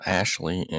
Ashley